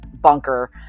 bunker